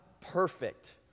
perfect